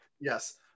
Yes